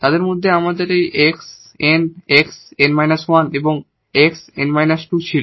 তাদের সাথে আমাদের এই 𝑥 𝑛 𝑥 𝑛−1 এবং 𝑥 𝑛 − 2 ছিল